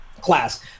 class